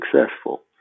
successful